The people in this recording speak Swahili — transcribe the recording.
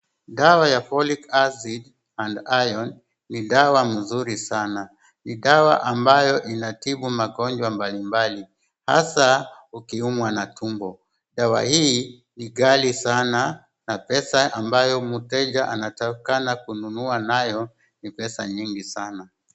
Dawa ya Folic acid & Iron ni dawa mzuri sana. Ni dawa ambayo inatibu magonjwa mbalimbali hasa ukiumwa na tumbo. Dawa hii ni ghali sana na pesa ambayo mteja anatakikana kununua nayo ni pesa nyingi sana.